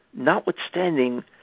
notwithstanding